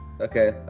Okay